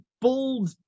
bold